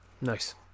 Nice